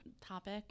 topic